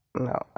no